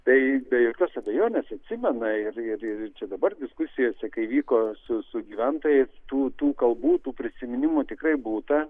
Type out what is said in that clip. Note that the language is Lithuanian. tai be jokios abejonės atsimena ir ir ir čia dabar diskusijose kai vyko su su gyventojais tų tų kalbų tų prisiminimų tikrai būta